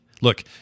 look